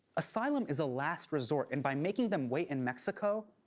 asylum is a last resort and by making them wait in mexico,